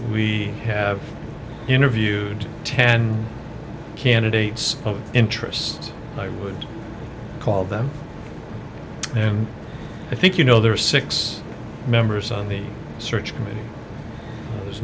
we have interviewed ten candidates of interest i would call them and i think you know there are six members on the search committee